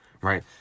right